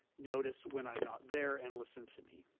notice when i'm not there and listen to me.